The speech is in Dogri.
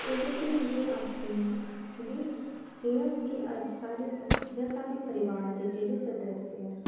एह्दे च में तुसें गी आखनी आं जे जि'यां कि अज्ज जि'यां साढ़े परिवार दे जेह्ड़े सदस्य न